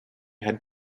had